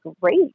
great